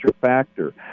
factor